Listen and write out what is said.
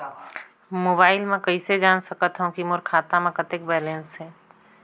Mobile म कइसे जान सकथव कि मोर खाता म कतेक बैलेंस से?